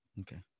okay